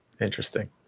interesting